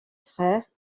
frères